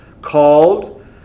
called